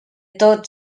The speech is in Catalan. tot